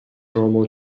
normal